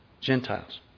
Gentiles